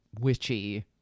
witchy